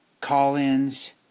call-ins